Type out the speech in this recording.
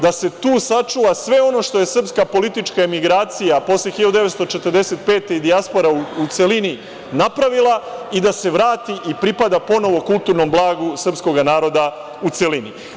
Da se tu sačuva sve ono što je srpska politička emigracija, posle 1945. godine i dijaspora u celini napravila, i da se vrati i pripada ponovo kulturnom blagu srpskog naroda u celini.